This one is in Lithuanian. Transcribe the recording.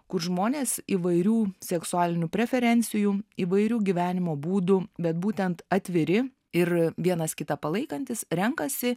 kur žmonės įvairių seksualinių preferencijų įvairių gyvenimo būdų bet būtent atviri ir vienas kitą palaikantys renkasi